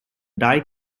die